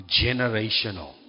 generational